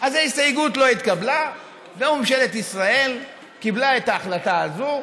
אז ההסתייגות לא התקבלה וממשלת ישראל קיבלה את ההחלטה הזאת,